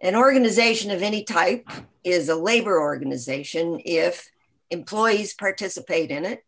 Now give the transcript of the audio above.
an organization of any type is a labor organization if employees participate in it